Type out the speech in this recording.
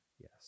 Yes